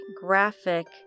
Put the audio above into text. graphic